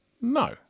no